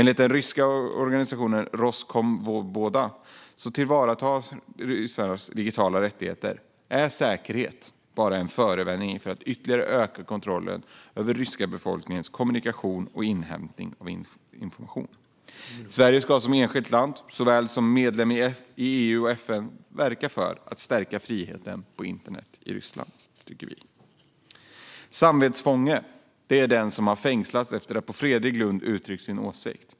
Enligt den ryska organisationen Roskomsvoboda som tillvaratar ryssarnas digitala rättigheter, är säkerhet bara en förevändning för att ytterligare öka kontrollen över den ryska befolkningens kommunikation och inhämtning av information. Sverige ska som enskilt land såväl som medlem i EU och FN verka för att stärka friheten på internet i Ryssland, tycker vi. Samvetsfånge är den som har fängslats efter att på fredlig grund ha uttryckt sin åsikt.